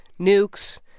nukes